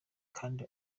kandi